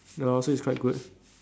ya lor so it's quite good